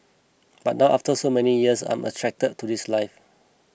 but now after so many years I'm attracted to this life